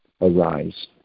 arise